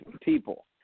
people